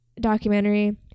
documentary